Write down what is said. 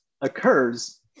occurs